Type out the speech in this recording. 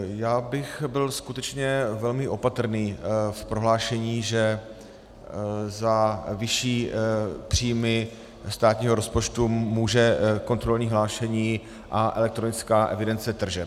Já bych byl skutečně velmi opatrný v prohlášení, že za vyšší příjmy státního rozpočtu může kontrolní hlášení a elektronická evidence tržeb.